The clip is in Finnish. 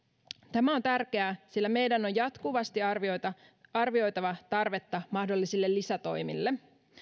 tämä on tärkeää sillä meidän on jatkuvasti arvioitava tarvetta mahdollisille lisätoimille